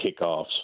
Kickoffs